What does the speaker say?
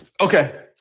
Okay